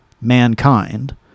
mankind